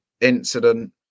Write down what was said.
incident